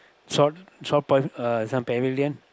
shore shore uh some pavilion